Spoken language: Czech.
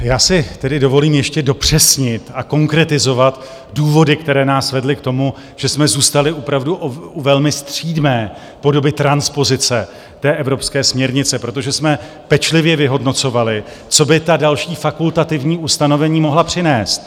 Já si tedy dovolím ještě dopřesnit a konkretizovat důvody, které nás vedly k tomu, že jsme zůstali opravdu u velmi střídmé podoby transpozice evropské směrnice, protože jsme pečlivě vyhodnocovali, co by ta další fakultativní ustanovení mohla přinést.